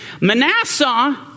Manasseh